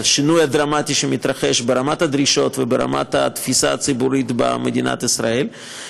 השינוי הדרמטי שמתרחש ברמת הדרישות וברמת התפיסה הציבורית במדינת ישראל.